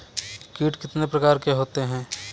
कीट कितने प्रकार के होते हैं?